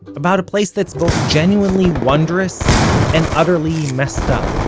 about a place that's both genuinely wondrous and utterly messed up.